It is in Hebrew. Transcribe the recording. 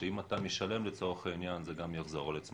שאם אתה משלם זה גם יחזור על עצמו,